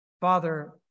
Father